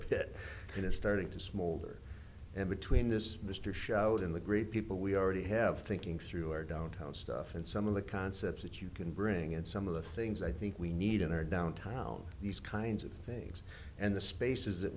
it's starting to smolder and between this mr shoutin the great people we already have thinking through our downtown stuff and some of the concepts that you can bring in some of the things i think we need in our downtown these kinds of things and the spaces that